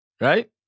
Right